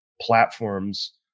platforms